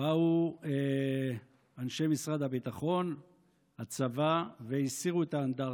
באו אנשי משרד הביטחון, הצבא, והסירו את האנדרטה.